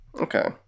Okay